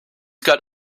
galt